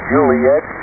Juliet